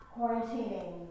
Quarantining